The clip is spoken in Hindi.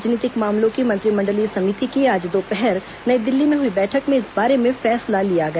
राजनीतिक मामलों की मंत्रिमंडलीय समिति की आज दोपहर नई दिल्ली में हुई बैठक में इस बारे में फैसला लिया गया